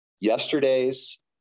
yesterday's